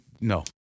no